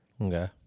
Okay